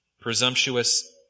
presumptuous